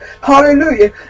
Hallelujah